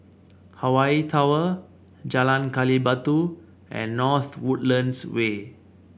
Hawaii Tower Jalan Gali Batu and North Woodlands Way